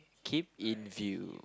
keep in view